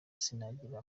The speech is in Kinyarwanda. sinagira